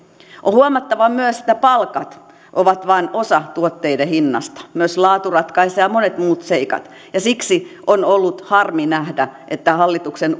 on huomattava myös että palkat ovat vain osa tuotteiden hinnasta myös laatu ratkaisee ja monet muut seikat siksi on ollut harmi nähdä että hallituksen